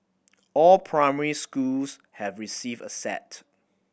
all primary schools have received a set